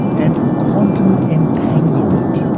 and quantum entanglement.